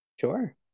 Sure